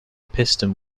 piston